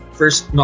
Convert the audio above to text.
first